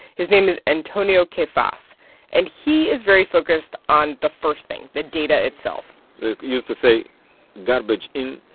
his name is antonio queface, and he is very focused on the first thing, the data itself they used to say garbage in,